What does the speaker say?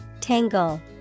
Tangle